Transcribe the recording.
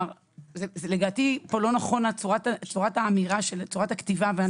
לדעתי צורת הכתיבה והניסוח לא נכונה.